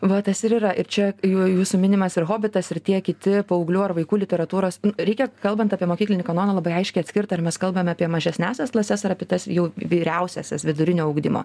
va tas ir yra ir čia jau jūsų minimas ir hobitas ir tie kiti paauglių ar vaikų literatūros reikia kalbant apie mokyklinį kanoną labai aiškiai atskirt ar mes kalbame apie mažesniąsias klases ar apie tas jau vyriausiasias vidurinio ugdymo